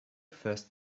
first